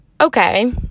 okay